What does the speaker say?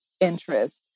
interest